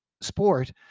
sport